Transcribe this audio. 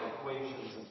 equations